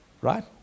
Right